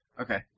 Okay